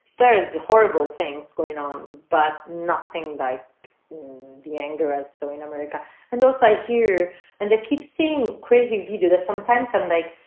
there is horrible things going on, but nothing like the anger. ah so in america and those i here and they keep seeing crazy, we do this sometimes i'm like,